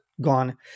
gone